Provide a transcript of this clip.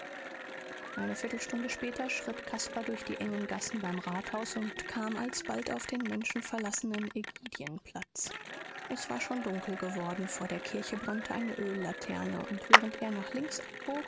eine viertelstunde später schritt caspar durch die engen gassen beim rathaus und kam alsbald auf den menschenverlassenen egydienplatz es war schon dunkel geworden vor der kirche brannte eine öllaterne und während er nach links abbog